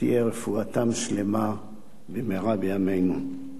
שתהיה רפואתם שלמה במהרה בימינו.